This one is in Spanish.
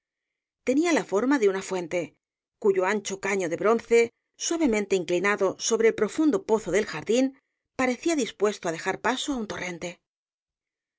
tenía la forma de una fuente cuyo ancho caño de bronce suavemente inclinado sobre el profundo pozo del jardín parecía dispuesto á dejar paso á un torrente